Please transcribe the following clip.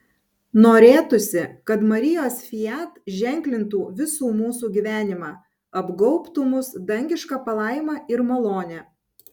norėtųsi kad marijos fiat ženklintų visų mūsų gyvenimą apgaubtų mus dangiška palaima ir malone